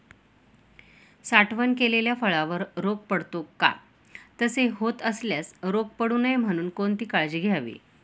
साठवण केलेल्या फळावर रोग पडतो का? तसे होत असल्यास रोग पडू नये म्हणून कोणती काळजी घ्यावी?